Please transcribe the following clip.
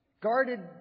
Guarded